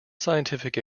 scientific